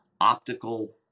optical